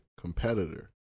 competitor